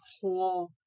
whole